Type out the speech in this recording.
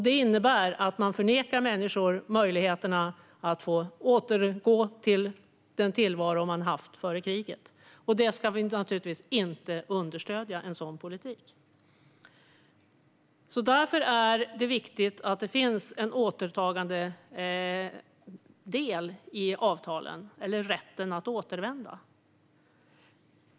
Det innebär att man nekar människor möjlighet att få återgå till den tillvaro de haft före kriget. Vi ska naturligtvis inte understödja en sådan politik. Därför är det viktigt att det finns en återtagandedel i avtalen; rätten att återvända.